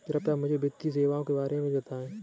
कृपया मुझे वित्तीय सेवाओं के बारे में बताएँ?